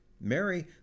Mary